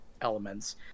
Elements